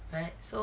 right so